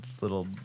little